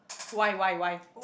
why why why